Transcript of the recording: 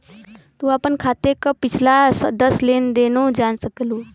तू आपन खाते क पिछला दस लेन देनो जान सकलू